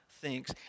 thinks